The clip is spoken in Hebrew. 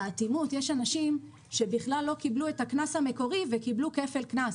יש אנשים שבכלל לא קיבלו את הקנס המקורי וקיבלו כפל קנס,